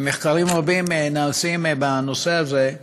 ומחקרים רבים נעשים בנושא הזה,